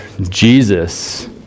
Jesus